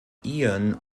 iren